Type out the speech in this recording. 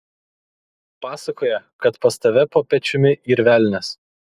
pasakoja kad pas tave po pečiumi yr velnias